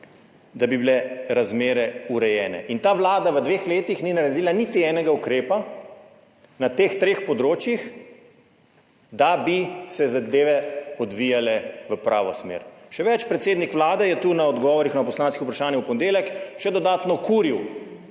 da bi bile razmere urejene. In ta vlada v dveh letih ni naredila niti enega ukrepa na teh treh področjih, da bi se zadeve odvijale v pravo smer. Še več, predsednik Vlade je tu na odgovorih na poslanska vprašanja v ponedeljek še dodatno kuril